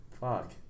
Fuck